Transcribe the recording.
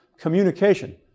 Communication